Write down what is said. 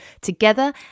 together